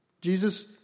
Jesus